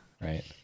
right